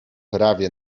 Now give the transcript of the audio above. prawie